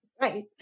Right